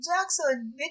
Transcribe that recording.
Jackson